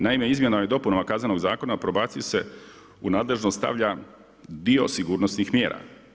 Naime, izmjenama i dopunama Kaznenog zakona probaciji se u nadležnost stavlja dio sigurnosnih mjera.